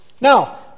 Now